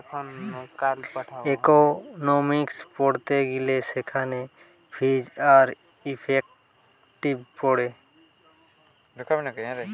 economics পড়তে গিলে সেখানে ফিজ আর ইফেক্টিভ পড়ে